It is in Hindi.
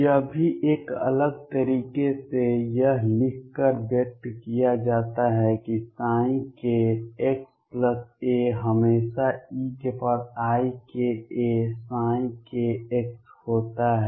यह भी एक अलग तरीके से यह लिखकर व्यक्त किया जाता है कि kxa हमेशा eikak होता है